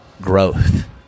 growth